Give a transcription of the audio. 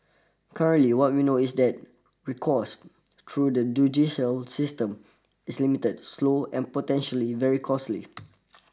currently what we know is that recourse through the judicial system is limited slow and potentially very costly